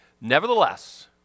Nevertheless